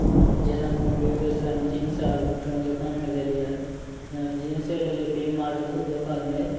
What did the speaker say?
जेना कोनो बेगुएसरायमे जीन्स आओर कोनो दोकानमे लेलिए जेना जीन्से लेलिए वी मार्ट दोकानमे